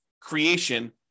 creation